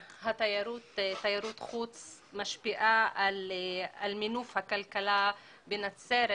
תיירות חוץ, משפיעה על מינוף הכלכלה בנצרת.